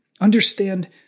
Understand